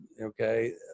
okay